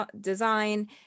design